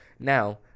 Now